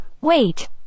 Wait